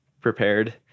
prepared